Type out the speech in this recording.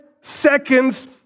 seconds